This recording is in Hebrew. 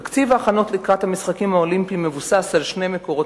תקציב ההכנות לקראת המשחקים האולימפיים מבוסס על שני מקורות